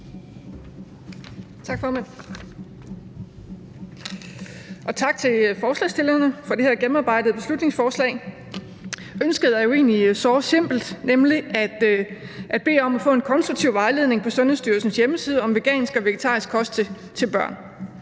Tak, formand, og tak til forslagsstillerne for det her gennemarbejdede beslutningsforslag. Ønsket er jo egentlig såre simpelt, nemlig at man beder om at få en konstruktiv vejledning på Sundhedsstyrelsens hjemmeside om vegansk og vegetarisk kost til børn,